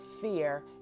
fear